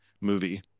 movie